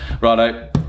Righto